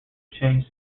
change